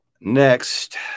Next